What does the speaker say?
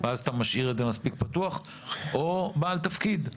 ואז אתה משאיר את זה מספיק פתוח או בעל תפקיד.